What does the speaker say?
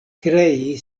krei